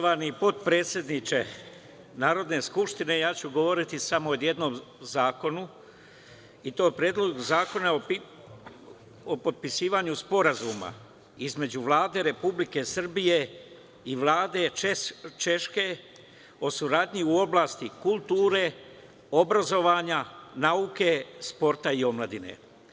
Poštovani potpredsedniče Narodne skupštine, govoriću samo o jednom zakonu i to Predlog zakona o potpisivanju Sporazuma između Vlade Republike Srbije i Vlade Češke o saradnji u oblasti kulture, obrazovanja, nauke, sporta i omladine.